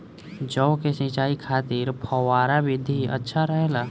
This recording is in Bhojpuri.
जौ के सिंचाई खातिर फव्वारा विधि अच्छा रहेला?